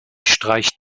streicht